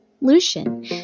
Lucian